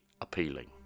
appealing